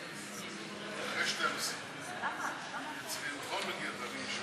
מרצ לסעיף 14 לא נתקבלה.